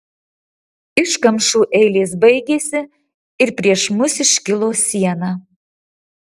iškamšų eilės baigėsi ir prieš mus iškilo siena